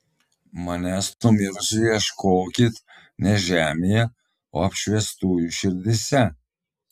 manęs numirusio ieškokit ne žemėje o apšviestųjų širdyse